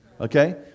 Okay